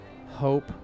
hope